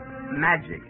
Magic